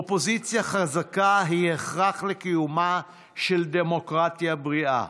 אופוזיציה חזקה היא הכרח לקיומה של דמוקרטיה בריאה.